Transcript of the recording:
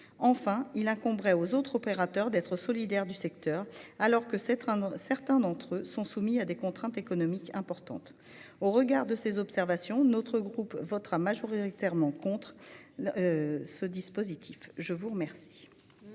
Enfin, il incomberait aux autres opérateurs d'être solidaires du secteur, alors que certains d'entre eux sont soumis à des contraintes économiques importantes. Au regard de ces observations, notre groupe votera majoritairement contre ce dispositif. La parole